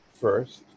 first